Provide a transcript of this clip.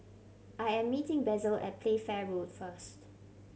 I am meeting Basil at Playfair Road first